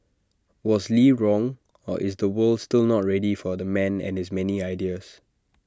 was lee wrong or is the world still not ready for the man and his many ideas